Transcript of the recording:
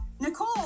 Nicole